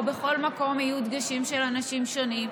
או שבכל מקום יהיו דגשים של אנשים שונים.